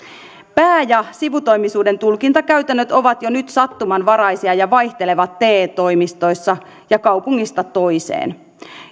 pää ja sivutoimisuuden tulkintakäytännöt ovat jo nyt sattumanvaraisia ja vaihtelevat te toimistoissa ja kaupungista toiseen